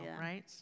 right